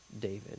David